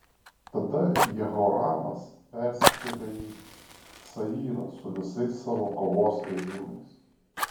tada jehoramas persikėlė į cayrą su visais savo kovos vežimais